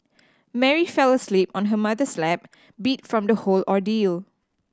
Mary fell asleep on her mother's lap beat from the whole ordeal